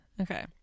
Okay